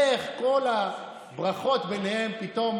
איך עם כל הברכות ביניהם פתאום